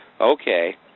okay